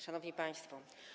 Szanowni Państwo!